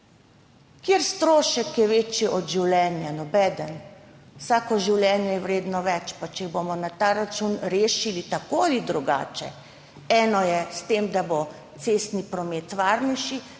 Kateri strošek je večji od življenja? Nobeden. Vsako življenje je vredno več, pa če jih bomo na ta račun rešili tako ali drugače, eno je s tem, da bo cestni promet varnejši,